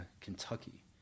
Kentucky